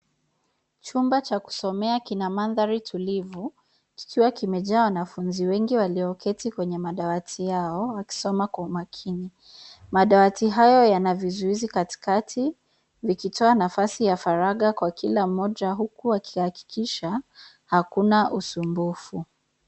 Chumba cha kusomea kina mandhari tulivu; kikiwa kimejaa wanafunzi wengi walioketi kwenye madawati yao wakisoma kwa umakini. Madawati hayo yana vizuizi katikati; vikitoa nafasi ya faraga kwa kila mmoja huku wakihakisha hakuna usumbufu.